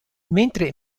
mentre